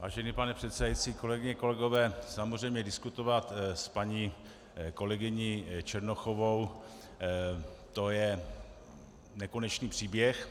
Vážený pane předsedající, kolegyně, kolegové, samozřejmě, diskutovat s paní kolegyní Černochovou, to je nekonečný příběh.